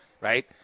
right